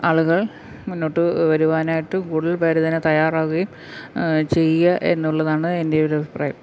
ആളുകൾ മുന്നോട്ടു വരുവാനായിട്ട് കൂടുതൽ പേരിതിന് തയാറാവുകയും ചെയ്യുക എന്നുള്ളതാണ് എൻ്റെ ഒരു ഒരഭിപ്രായം